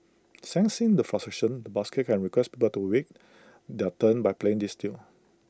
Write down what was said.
sensing the frustration the busker can request people to wait their turn by playing this tune